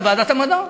בוועדת המדע,